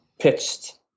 pitched